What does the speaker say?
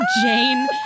Jane